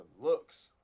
looks